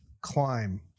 climb